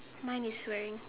mine is wearing